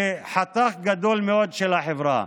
לחתך גדול מאוד של החברה.